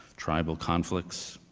tribal conflicts,